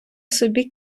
собі